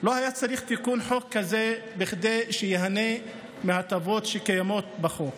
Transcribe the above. לא היה צריך תיקון חוק כזה כדי שייהנה מהטבות שקיימות בחוק.